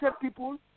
people